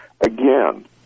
Again